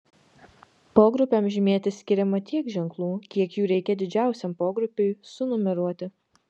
pogrupiams žymėti skiriama tiek ženklų kiek jų reikia didžiausiam pogrupiui sunumeruoti